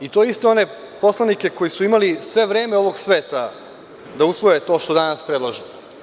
Iste one poslanike koji su imali sve vreme ovog sveta da usvoje to što danas predlažu.